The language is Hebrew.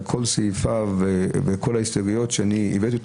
החוק הזה על כל סעיפיו וכל ההסתייגויות שהבאתי,